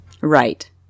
Right